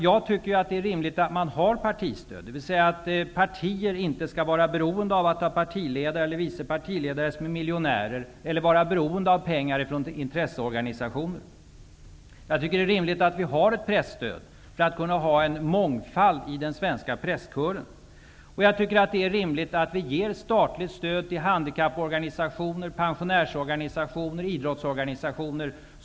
Jag tycker att det är rimligt att man har ett partistöd. Partier skall inte vara beroende av att ha partiledare eller vice partiledare som är miljonärer eller vara beroende av pengar från intresseorganisationer. Jag tycker att det är rimligt att vi har ett presstöd för att kunna ha en mångfald i den svenska presskören. Det är rimligt att vi ger statligt stöd till handikapporganisationer, pensionärsorganisationer och idrottsorganisationer.